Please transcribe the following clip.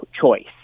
choice